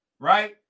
Right